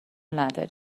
نداری